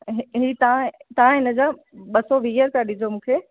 ही तव्हां तव्हां इन जा ॿ सौ वीह रुपया ॾिजो मूंखे